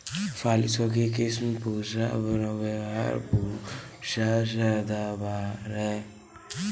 फलियों की किस्म पूसा नौबहार, पूसा सदाबहार है